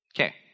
Okay